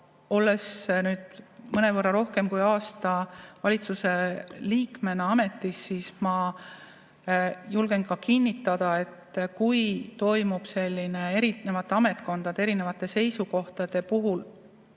Olles nüüd mõnevõrra rohkem kui aasta valitsuse liikmena ametis olnud, julgen kinnitada, et kui toimub erinevate ametkondade, erinevate seisukohtade kohene